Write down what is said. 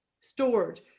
stored